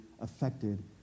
affected